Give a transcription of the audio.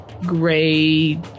gray